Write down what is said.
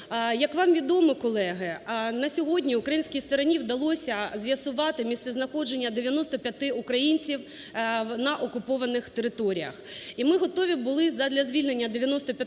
Як вам відомо, колеги, на сьогодні українській стороні вдалося з'ясувати місцезнаходження 95 українців на окупованих територіях. І ми готові були задля звільнення 95